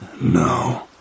No